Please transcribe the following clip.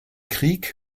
krieg